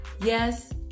Yes